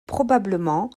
probablement